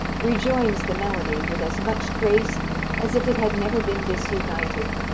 rejoins the melody with as much grace as if it had never been disunited,